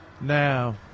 Now